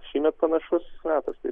šįmet panašus metas taip